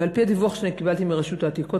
ועל-פי הדיווח שאני קיבלתי מרשות העתיקות,